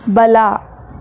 ಬಲ